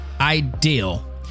ideal